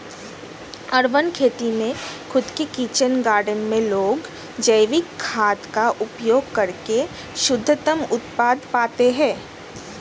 urban खेती में खुद के किचन गार्डन में लोग जैविक खाद का उपयोग करके शुद्धतम उत्पाद पाते हैं